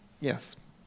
Yes